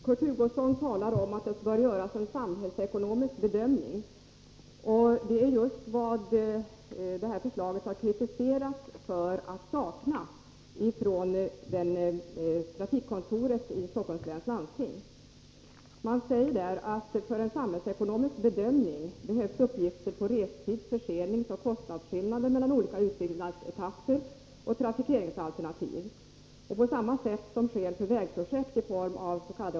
Herr talman! Kurt Hugosson talar om att det bör göras en samhällsekonomisk bedömning. Trafikkontoret i Stockholms läns landsting har kritiserat avtalsförslaget därför att det saknas just en sådan. Man säger i sitt utlåtande att det för en samhällsekonomisk bedömning behövs uppgifter om restids-, förseningsoch kostnadsskillnader mellan olika utbyggnadsetapper och trafikeringsalternativ. På samma sätt som sker för vägprojekt i form avs.k.